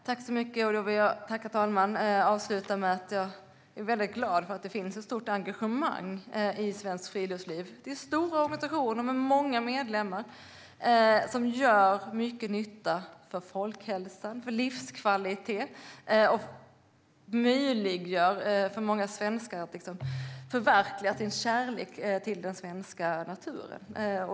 Herr talman! Jag vill avsluta med att säga att jag är väldigt glad för att det finns ett stort engagemang i Svenskt Friluftsliv. Det är fråga om stora organisationer med många medlemmar som gör mycket nytta för folkhälsan och livskvaliteten och möjliggör för många svenskar att förverkliga sin kärlek till den svenska naturen.